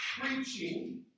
preaching